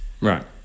Right